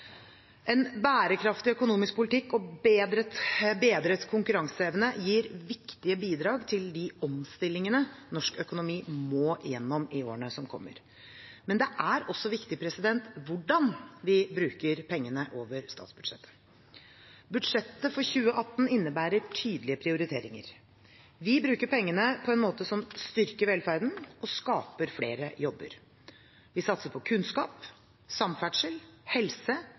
En bærekraftig økonomisk politikk og bedret konkurranseevne gir viktige bidrag til de omstillingene norsk økonomi må gjennom i årene som kommer. Men det er også viktig hvordan vi bruker pengene over statsbudsjettet. Budsjettet for 2018 innebærer tydelige prioriteringer – vi bruker pengene på en måte som styrker velferden og skaper flere jobber. Vi satser på kunnskap, samferdsel, helse